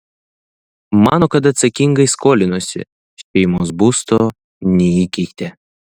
mano kad atsakingai skolinosi šeimos būsto neįkeitė